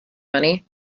money